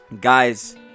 guys